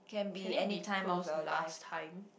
can it be close last time